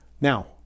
Now